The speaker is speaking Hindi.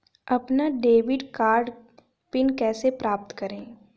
अपना डेबिट कार्ड पिन कैसे प्राप्त करें?